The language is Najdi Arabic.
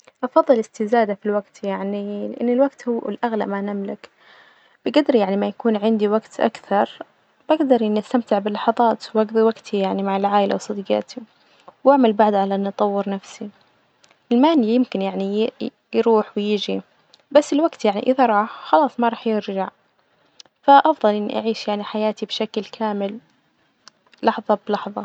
أفضل إستزادة في الوجت يعني لإن الوجت هو الأغلى ما نملك، بجدر يعني ما يكون عندي وجت أكثر بجدر إني أستمتع باللحظات وأجضي وجتي يعني مع العائلة وصديجاتي، وأعمل بعد على إني أطور نفسي، إيماني يمكن يعني ي- يروح ويجي بس الوجت يعني إذا راح خلاص ما راح يرجع، فأفضل إني أعيش يعني حياتي بشكل كامل لحظة بلحظة.